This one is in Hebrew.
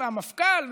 את המפכ"ל,